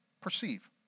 perceive